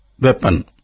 weapon